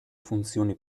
funzioni